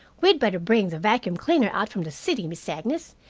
we'd better bring the vacuum cleaner out from the city, miss agnes.